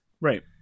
Right